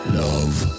love